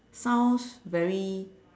sounds very